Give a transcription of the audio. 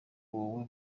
wowe